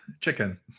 chicken